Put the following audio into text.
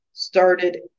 Started